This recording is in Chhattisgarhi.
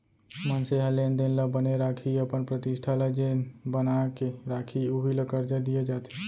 मनसे ह लेन देन ल बने राखही, अपन प्रतिष्ठा ल जेन बना के राखही उही ल करजा दिये जाथे